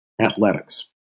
athletics